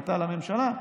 החלטה לממשלה,